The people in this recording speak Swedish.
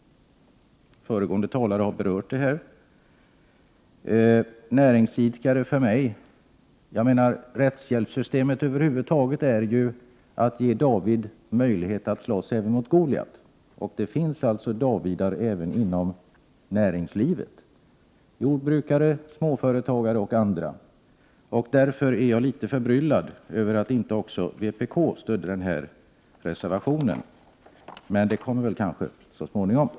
Föregående talare har berört denna fråga. Rättshjälpssystemet över huvud taget är ju till för att ge David möjlighet att slåss även mot Goliat, och det finns alltså ”davidar” även inom näringslivet — jordbrukare, småföretagare och andra. Jag är därför litet förbryllad över att inte vpk också stöder denna reservation, men det kanske man kommer att göra så småningom.